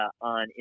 on